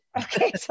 Okay